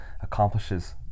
accomplishes